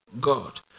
God